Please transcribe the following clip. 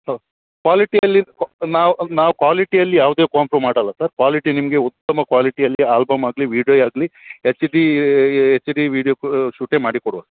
ಹೌದು ಕ್ವಾಲಿಟಿಯಲ್ಲಿ ಕ್ವಾ ನಾವು ನಾವು ಕ್ವಾಲಿಟಿಯಲ್ಲಿ ಯಾವುದೆ ಕಾಂಪ್ರು ಮಾಡೋಲ್ಲ ಸರ್ ಕ್ವಾಲಿಟಿ ನಿಮಗೆ ಉತ್ತಮ ಕ್ವಾಲಿಟಿಯಲ್ಲಿ ಆಲ್ಬಮ್ ಆಗಲಿ ವಿಡೀಯೋ ಆಗಲಿ H D H D video ಕು ಶೂಟೇ ಮಾಡಿಕೊಡುವ